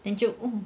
then 就 oo